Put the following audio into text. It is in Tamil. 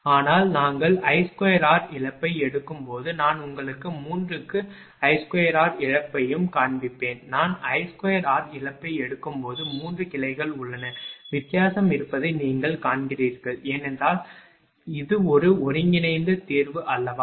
ஆனால் நாங்கள் I2r இழப்பை எடுக்கும் போது நான் உங்களுக்கு 3 க்கு I2r இழப்பையும் காண்பிப்பேன் நான் I2r இழப்பை எடுக்கும்போது 3 கிளைகள் உள்ளன வித்தியாசம் இருப்பதை நீங்கள் காண்கிறீர்கள் ஏனெனில் இது ஒரு ஒருங்கிணைந்த தீர்வு அல்லவா